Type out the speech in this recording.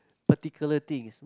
particular things